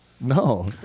No